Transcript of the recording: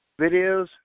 videos